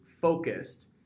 focused